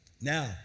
Now